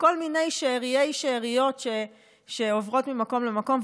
מיני שארי שאריות שעוברות ממקום למקום,